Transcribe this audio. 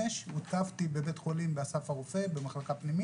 לא צריך את מה שאומרים כאן, הכול כתוב, הכול כתוב.